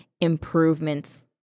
improvements